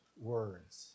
Words